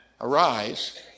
Arise